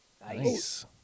Nice